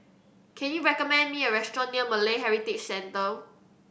can you recommend me a restaurant near Malay Heritage Centre